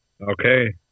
Okay